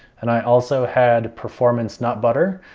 and i also had performance nut butter,